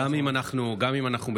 גם אם אנחנו בלחימה,